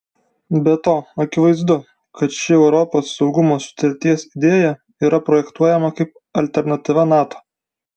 be to akivaizdu kad ši europos saugumo sutarties idėja yra projektuojama kaip alternatyva nato